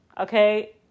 okay